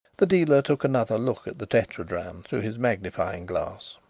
the dealer took another look at the tetradrachm through his magnifying glass,